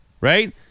right